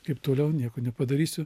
kaip toliau nieko nepadarysiu